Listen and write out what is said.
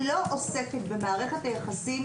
היא לא עוסקת במערכת היחסים,